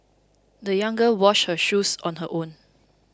the young girl washed her shoes on her own